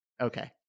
Okay